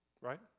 Right